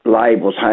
labels